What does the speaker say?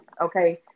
Okay